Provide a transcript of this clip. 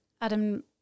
Adam